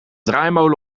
draaimolen